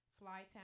Flytown